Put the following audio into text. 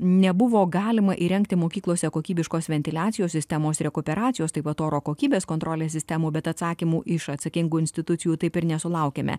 nebuvo galima įrengti mokyklose kokybiškos ventiliacijos sistemos rekuperacijos taip pat oro kokybės kontrolės sistemų bet atsakymų iš atsakingų institucijų taip ir nesulaukėme